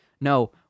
No